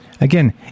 Again